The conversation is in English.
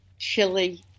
chili